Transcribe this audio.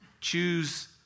choose